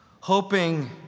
hoping